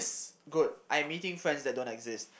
good I'm meeting friends that don't exist